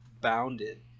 bounded